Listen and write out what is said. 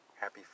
Happy